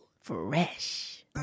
Fresh